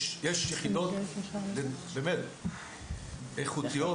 יש יחידות באמת איכותיות,